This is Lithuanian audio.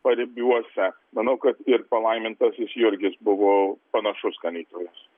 paribiuose manau kad ir palaimintasis jurgis buvo panašus ganytojas